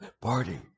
party